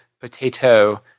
potato